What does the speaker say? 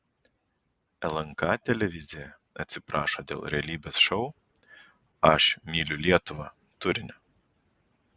lnk televizija atsiprašo dėl realybės šou aš myliu lietuvą turinio